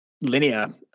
linear